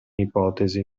ipotesi